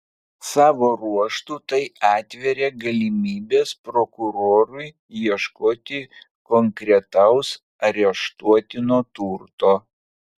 savo ruožtu tai atveria galimybes prokurorui ieškoti konkretaus areštuotino turto